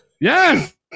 Yes